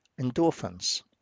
endorphins